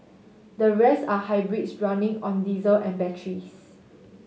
the rest are hybrids running on diesel and batteries